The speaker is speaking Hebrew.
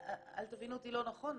אל תבינו אותי לא נכון,